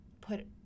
put